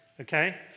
okay